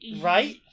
right